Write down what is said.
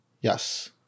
Yes